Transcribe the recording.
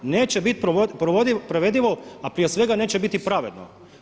Neće bit provedivo, a prije svega neće biti pravedno.